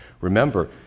Remember